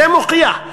זה מוכיח,